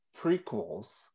prequels